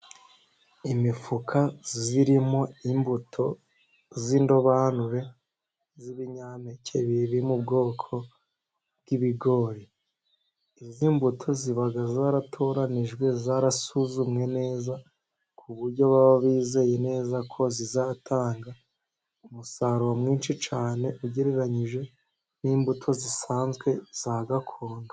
Imifuka irimo imbuto z'indobanure z'ibinyampeke biri mu bwoko bw'ibigori. Izi mbuto ziba zaratoranijwe zarasuzumwe neza, ku buryo baba bizeye neza ko zizatanga umusaruro mwinshi cyane, ugereranyije n'imbuto zisanzwe za gakondo.